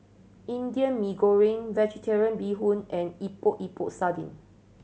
Indian Mee Goreng Vegetarian Bee Hoon and Epok Epok Sardin